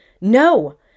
No